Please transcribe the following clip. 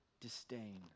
disdain